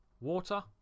water